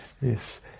Yes